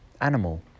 animal